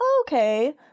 Okay